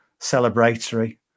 celebratory